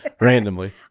randomly